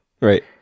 Right